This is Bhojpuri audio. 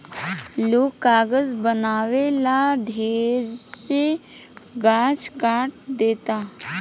लोग कागज बनावे ला ढेरे गाछ काट देता